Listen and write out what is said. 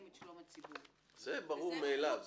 את שלום הציבור --- זה ברור מאליו,